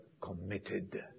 committed